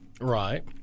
Right